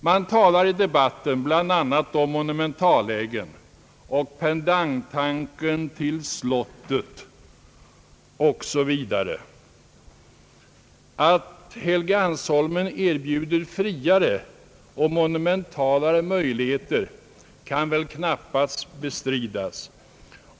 Man talar i debatten bl.a. om monumentalläget och tanken på en pendang till slottet osv. Att Helgeandsholmen «erbjuder friare och monumentalare möjligheter kan väl knappast bestridas.